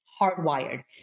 hardwired